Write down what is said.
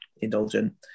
indulgent